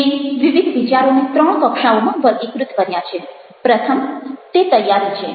મેં વિવિધ વિચારોને ત્રણ કક્ષાઓમાં વર્ગીકૃત કર્યા છે પ્રથમ તે તૈયારી છે